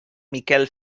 miquel